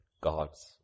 God's